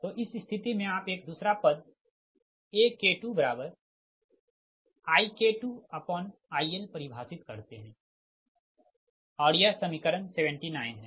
तो इस स्थिति में आप एक दूसरा पद AK2IK2IL परिभाषित करते है और यह समीकरण 79 है